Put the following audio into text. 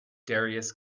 darius